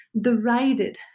derided